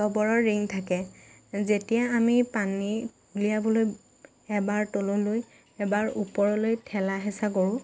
ৰবৰৰ ৰিং থাকে যেতিয়া আমি পানী উলিয়াবলৈ এবাৰ তললৈ এবাৰ ওপৰলৈ ঠেলা হেচা কৰোঁ